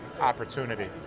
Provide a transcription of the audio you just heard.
opportunity